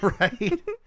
right